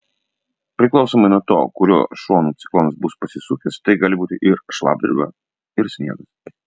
priklausomai nuo to kuriuo šonu ciklonas bus pasisukęs tai gali būti ir šlapdriba ir sniegas